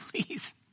please